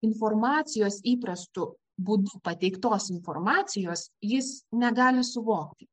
informacijos įprast būdu pateiktos informacijos jis negali suvokti